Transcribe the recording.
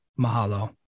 mahalo